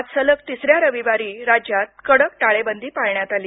आज सलग तिसऱ्या रविवारी राज्यात कडक टाळेबंदी पाळण्यात आली